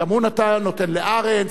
הוא נותן לארנס,